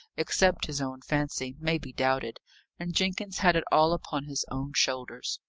except his own fancy, may be doubted and jenkins had it all upon his own shoulders.